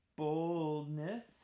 boldness